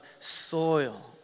soil